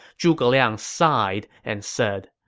zhuge liang sighed and said,